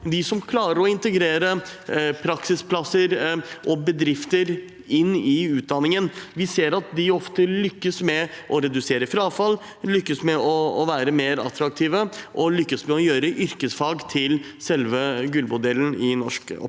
de som klarer å integrere praksisplasser og bedrifter i utdanningen, ofte lykkes med å redusere frafall, med å være mer attraktive og med å gjøre yrkesfag til selve gullmodellen i norsk opplæring.